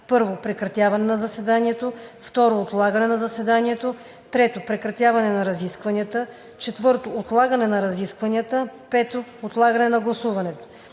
1. прекратяване на заседанието; 2. отлагане на заседанието; 3. прекратяване на разискванията; 4. отлагане на разискванията; 5. отлагане на гласуването.